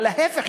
אלא להפך,